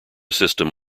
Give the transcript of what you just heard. system